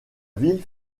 ville